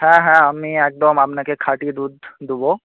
হ্যাঁ হ্যাঁ আমি একদম আপনাকে খাঁটি দুধ দেব